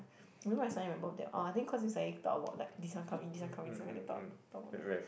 remember I saw him on my birthday orh then cause we suddenly talk about like this one come in this one come in this one then talk talk about that